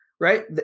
right